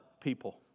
people